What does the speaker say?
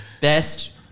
best